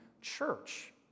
church